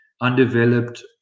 undeveloped